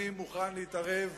אני מוכן להתערב,